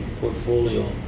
portfolio